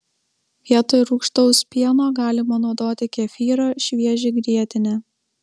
vietoj rūgštaus pieno galima naudoti kefyrą šviežią grietinę